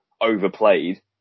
overplayed